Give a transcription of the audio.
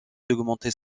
d’augmenter